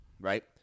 right